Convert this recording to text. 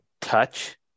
touch